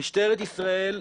משטרת ישראל,